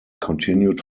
continued